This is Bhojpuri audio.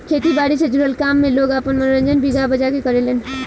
खेती बारी से जुड़ल काम में लोग आपन मनोरंजन भी गा बजा के करेलेन